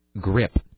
grip